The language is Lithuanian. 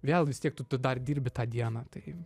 vėl vis tiek tu dar dirbi tą dieną tai